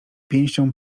pięścią